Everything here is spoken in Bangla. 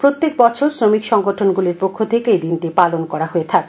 প্রত্যেক বছর শ্রমিক সংগঠনগুলির পক্ষ থেকে এই দিনটি পালন করা হয়ে থাকে